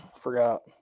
forgot